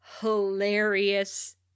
hilarious